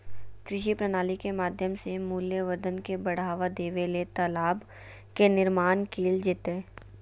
कृषि प्रणाली के माध्यम से मूल्यवर्धन के बढ़ावा देबे ले तालाब के निर्माण कैल जैतय